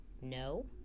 No